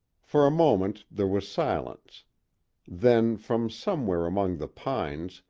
for a moment there was silence then, from somewhere among the pines,